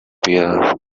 via